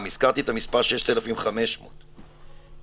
זאת גם הפעם הראשונה שמישהו מסביר את